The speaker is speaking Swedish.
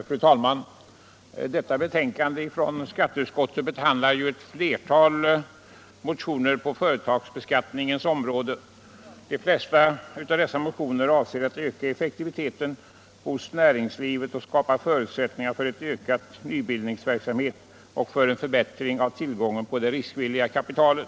Fru talman! I skatteutskottets förevarande betänkande behandlas ett flertal motioner på företagsbeskattningens område. De flesta syftar till åtgärder för att öka effektiviteten i näringslivet, skapa förutsättningar för ett ökat nyföretagande och förbättra tillgången på riskvilligt kapital.